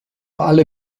alle